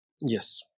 Yes